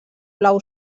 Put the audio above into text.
blau